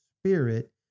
Spirit